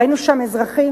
ראינו שם אזרחים,